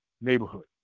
neighborhood